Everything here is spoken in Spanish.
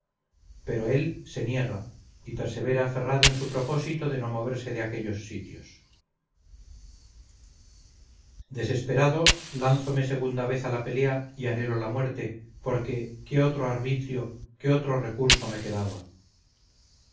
pero él se niega y persevera aferrado en su propósito de no moverse de aquellos sitios desesperado lánzome segunda vez a la pelea y anhelo la muerte porque qué otro arbitrio qué otro recurso me quedaba